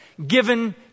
given